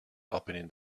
opening